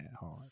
hard